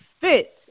fit